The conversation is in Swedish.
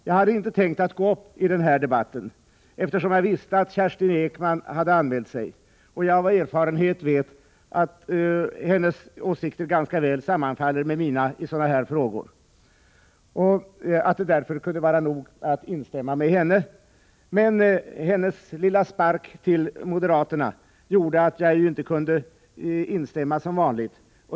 Jag hade inte tänkt gå upp i den här debatten, eftersom jag visste att Kerstin Ekman hade anmält sig och jag av erfarenhet vet att hennes åsikter ganska väl sammanfaller med mina i sådana här frågor. Jag tyckte därför att det kunde vara nog att instämma med henne. Men hennes lilla spark åt moderaterna gjorde att jag inte kunde instämma som vanligt.